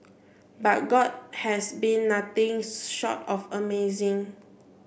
but god has been nothing short of amazing